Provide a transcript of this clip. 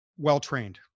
well-trained